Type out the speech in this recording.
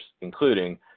including